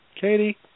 Katie